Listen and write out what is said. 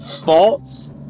False